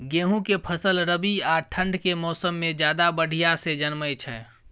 गेहूं के फसल रबी आ ठंड के मौसम में ज्यादा बढ़िया से जन्में छै?